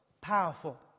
powerful